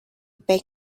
big